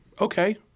okay